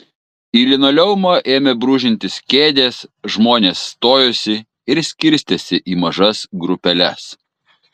į linoleumą ėmė brūžintis kėdės žmonės stojosi ir skirstėsi į mažas grupeles